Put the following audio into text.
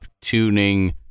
tuning